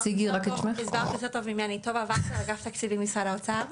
טובה ווסר מאגף התקציבים במשרד האוצר.